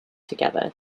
together